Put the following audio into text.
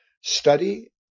study